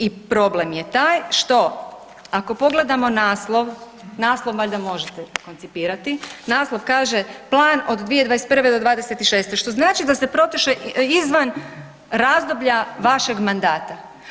I problem je taj što ako pogledamo naslov, naslov valjda možete koncipirati, naslov kaže plan od 2021. do 2026. što znači da se proteže izvan razdoblja vašeg mandata.